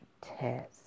test